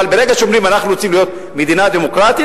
אבל ברגע שאומרים: אנחנו רוצים להיות מדינה דמוקרטית,